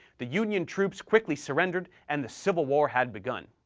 the union troops quickly surrendered, and the civil war had begun.